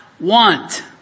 want